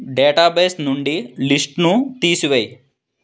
database నుండి లిస్ట్ను తీసివేయి